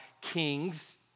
kings